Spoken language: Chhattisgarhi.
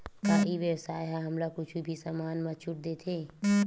का ई व्यवसाय ह हमला कुछु भी समान मा छुट देथे?